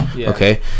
Okay